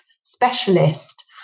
specialist